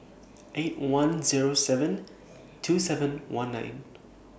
eight one Zero seven two seven one nine